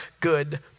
good